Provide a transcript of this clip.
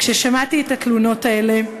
כששמעתי את התלונות האלה,